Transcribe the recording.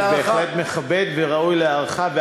אני בהחלט מכבד, וראוי להערכה.